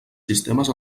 sistemes